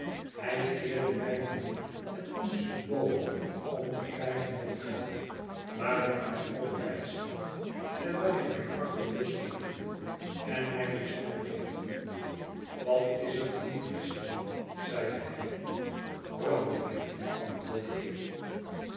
hij keerde mij nu niet het onderste boven om te krijgen wat ikhad maar liet mij overeind staan terwijl ik mijn pakje losmaakte en mijne zakken ledigde wat is er in die flesch jongen zeide hij brandewijn antwoordde ik